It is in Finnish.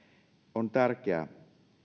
on tärkeää